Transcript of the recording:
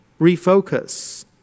Refocus